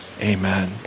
Amen